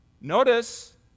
Notice